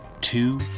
two